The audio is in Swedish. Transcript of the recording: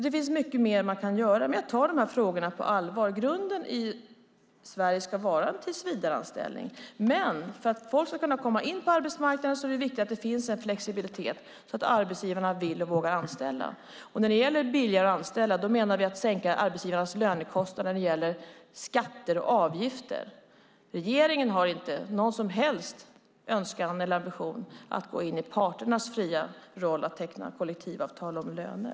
Det finns mycket mer man kan göra, men jag tar de här frågorna på allvar. Grunden i Sverige ska vara en tillsvidareanställning, men för att folk ska kunna komma in på arbetsmarknaden är det viktigt att det finns en flexibilitet så att arbetsgivarna vill och vågar anställa. Och med billigare att anställa menar vi att vi vill sänka arbetsgivarnas lönekostnader när det gäller skatter och avgifter. Regeringen har inte någon som helst önskan eller ambition att gå in i parternas fria roll att teckna kollektivavtal om löner.